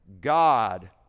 God